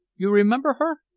you remember her?